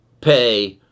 pay